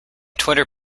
twitter